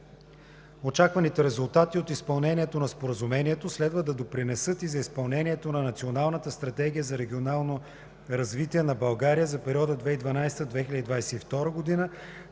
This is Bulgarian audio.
Очакваните резултати от изпълнението на Споразумението следва да допринесат и за изпълнението на Националната стратегия за регионално развитие на България за периода 2012 – 2022 г.,